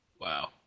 Wow